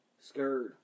Scared